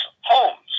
homes